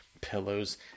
Pillows